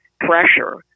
pressure